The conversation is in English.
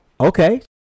okay